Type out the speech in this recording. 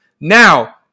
Now